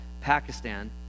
Pakistan